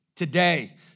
Today